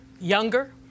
younger